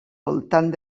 voltant